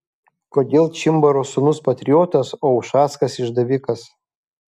kodėl čimbaro sūnus patriotas o ušackas išdavikas